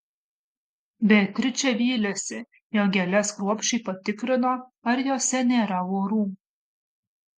beatričė vylėsi jog gėles kruopščiai patikrino ar jose nėra vorų